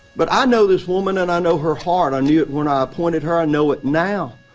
but i know this woman and i know her heart i knew it when i appointed her, i know it now.